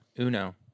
Uno